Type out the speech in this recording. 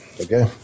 Okay